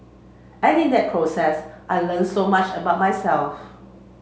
and in that process I learnt so much about myself